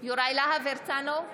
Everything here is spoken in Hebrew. יוראי להב הרצנו,